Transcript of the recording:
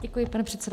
Děkuji, pane předsedo.